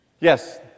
Yes